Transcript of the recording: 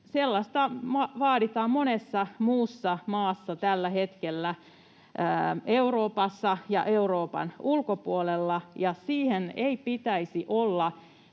Sellaista vaaditaan monessa muussa maassa tällä hetkellä Euroopassa ja Euroopan ulkopuolella, ja siihen ei pitäisi olla